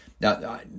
now